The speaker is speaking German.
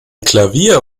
klavier